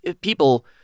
people